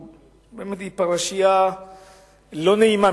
היא פרשייה לא נעימה,